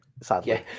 Sadly